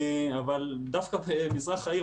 דווקא במזרח העיר,